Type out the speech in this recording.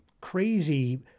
crazy